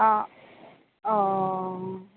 অঁ অঁ